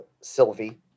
Sylvie